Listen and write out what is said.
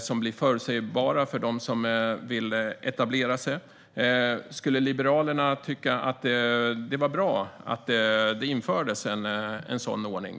som blir förutsägbara för dem som vill etablera sig, skulle Liberalerna då tycka att det var bra om det infördes en sådan ordning?